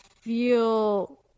feel